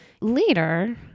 later